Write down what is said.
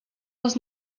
les